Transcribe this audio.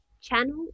channel